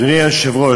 אדוני היושב-ראש,